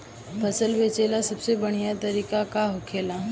फसल बेचे का सबसे बढ़ियां तरीका का होखेला?